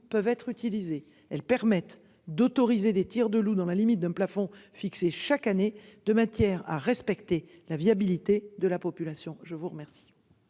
peuvent être utilisées, elles permettent d'autoriser des tirs de loups dans la limite d'un plafond fixé chaque année de matière à respecter la viabilité de la population. Je vous remercie.